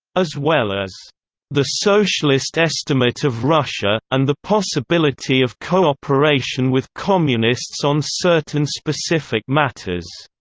as well as the socialist estimate of russia and the possibility of cooperation with communists on certain specific matters.